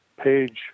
page